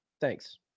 thanks